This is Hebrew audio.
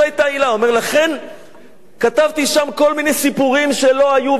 הוא אומר: לכן כתבתי שם כל מיני סיפורים שלא היו ולא נבראו,